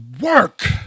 work